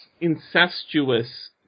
Incestuous